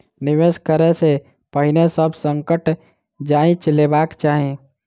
निवेश करै से पहिने सभ संकट जांइच लेबाक चाही